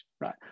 right